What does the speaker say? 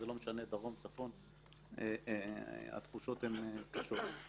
וזה לא משנה דרום, צפון, התחושות הן קשות.